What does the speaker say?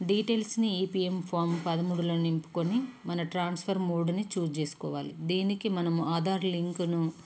డీటెయిల్స్ని E P F form పదమూడులో నింపుకొని మన ట్రాన్స్ఫర్ మోడుని చూజ్ చేసుకోవాలి దీనికి మనము ఆధార్ లింక్ను